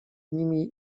nimi